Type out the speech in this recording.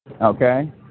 okay